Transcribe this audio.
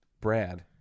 Brad